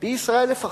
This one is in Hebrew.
על-פי ישראל לפחות,